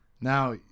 now